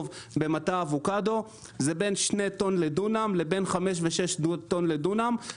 במטע אבוקדו זה בין 2 טון לדונם ובין 5 ו-6 טון לדונם.